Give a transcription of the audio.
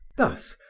thus,